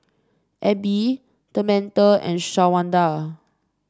Abbie Tamatha and Shawanda